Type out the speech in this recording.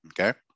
okay